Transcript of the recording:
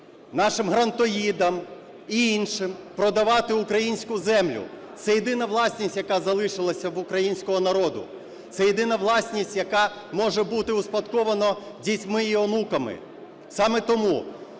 нашим грантоїдам і іншим продавати українську землю. Це єдина власність, яка залишилася в українського народу. Це єдина власність, яка може бути успадкована дітьми і онуками. Саме тому